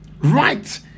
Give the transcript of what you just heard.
right